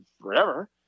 forever